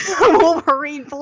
Wolverine